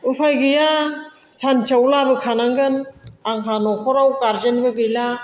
उफाय गैया सान्तियाव लाबोखानांगोन आंहा न'खराव गारजेनबो गैला